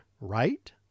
right